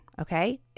Okay